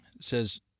says